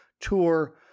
tour